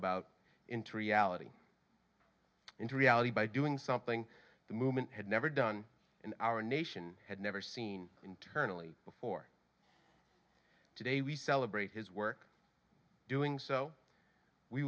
about interview ality into reality by doing something the movement had never done in our nation had never seen internally before today we celebrate his work doing so we